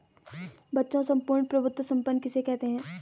बच्चों सम्पूर्ण प्रभुत्व संपन्न किसे कहते हैं?